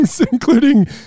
including